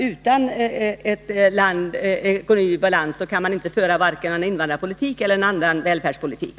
Utan en ekonomi i balans kan man inte föra vare sig någon invandrarpolitik eller någon annan välfärdspolitik.